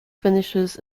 finishes